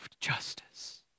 justice